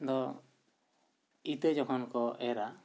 ᱫᱚ ᱤᱛᱟᱹ ᱡᱚᱠᱷᱚᱱ ᱠᱚ ᱮᱨᱟ